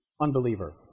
unbeliever